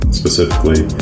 specifically